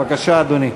בבקשה, אדוני.